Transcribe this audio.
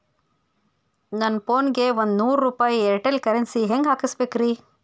ನನ್ನ ಫೋನಿಗೆ ಒಂದ್ ನೂರು ರೂಪಾಯಿ ಏರ್ಟೆಲ್ ಕರೆನ್ಸಿ ಹೆಂಗ್ ಹಾಕಿಸ್ಬೇಕ್ರಿ?